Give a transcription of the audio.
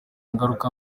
ingaruka